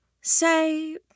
say